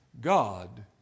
God